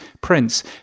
Prince